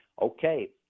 Okay